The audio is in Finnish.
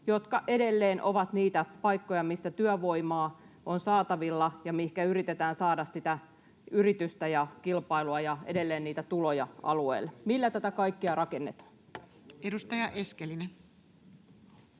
jotka edelleen ovat niitä paikkoja, missä työvoimaa on saatavilla ja mihin yritetään saada sitä yritystä ja kilpailua ja edelleen niitä tuloja alueelle. Millä tätä kaikkea rakennetaan? [Speech